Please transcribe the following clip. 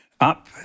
up